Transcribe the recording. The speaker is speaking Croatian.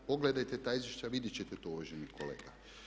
Pogledajte ta izvješća, vidjet ćete to uvaženi kolega.